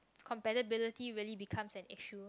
compatibility really becomes an issue